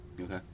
Okay